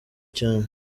cyane